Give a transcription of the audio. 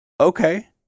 Okay